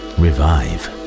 revive